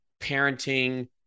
parenting